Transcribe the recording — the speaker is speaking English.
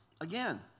again